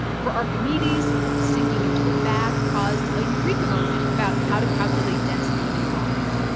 for archimedes, sinking into a bath caused a eureka moment about how to calculate density and volume.